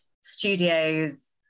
studios